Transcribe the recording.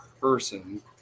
person